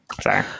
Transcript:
sorry